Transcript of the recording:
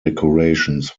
decorations